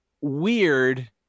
weird